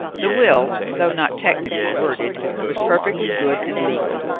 the will, though not technically worded, was perfectly good and legal,